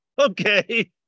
okay